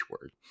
word